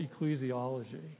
ecclesiology